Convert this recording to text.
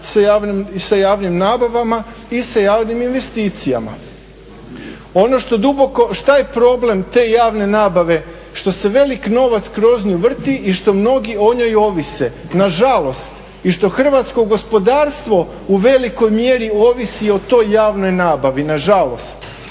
sa javnim nabavama i sa javnim investicijama. Ono što duboko, šta je problem te javne nabave što se velik novac kroz nju vrti i što mnogi o njoj ovise. Nažalost, i što hrvatsko gospodarstvo u velikoj mjeri ovisi o toj javnoj nabavi, nažalost.